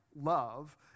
Love